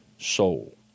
soul